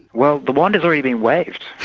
well, the wand has already been waved,